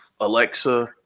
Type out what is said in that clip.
Alexa